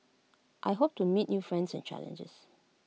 I hope to meet new friends and challenges